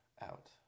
out